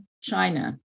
China